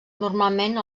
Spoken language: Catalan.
normalment